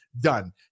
done